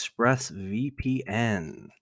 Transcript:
ExpressVPN